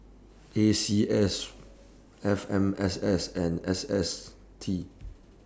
A C S F M S S and S S T